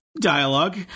Dialogue